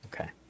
Okay